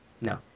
No